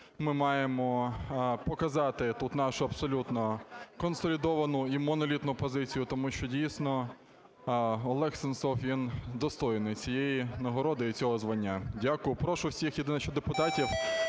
Ми маємо показати тут нашу абсолютно консолідовану і монолітну позицію, тому що дійсно Олег Сенцов, він достойний цієї нагороди і цього звання. Дякую. Прошу всіх єдине що, депутатів